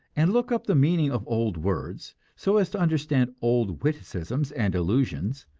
and look up the meaning of old words, so as to understand old witticisms and allusions,